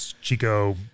Chico